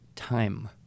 Time